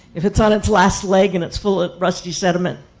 if it's on its last leg, and it's full of rusty sediment,